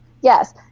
Yes